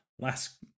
Last